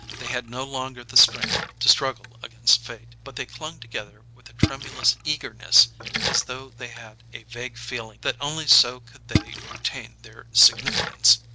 they had no longer the strength to struggle against fate, but they clung together with a tremulous eagerness as though they had a vague feeling that only so could they retain their significance,